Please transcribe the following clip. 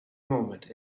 moment